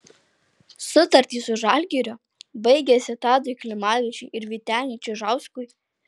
sutartys su žalgiriu baigėsi tadui klimavičiui ir vyteniui čižauskui